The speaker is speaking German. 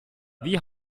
wie